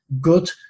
good